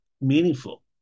meaningful